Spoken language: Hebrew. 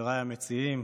חבריי המציעים,